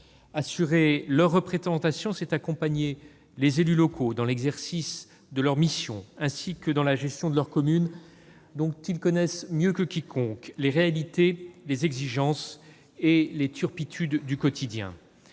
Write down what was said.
Assurer leur représentation, c'est accompagner les élus locaux dans l'exercice de leurs missions ainsi que dans la gestion de leur commune, dont ils connaissent mieux que quiconque les réalités, les exigences et les turpitudes du quotidien.